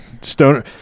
Stoner –